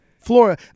Flora